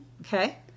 Okay